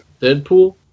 Deadpool